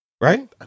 right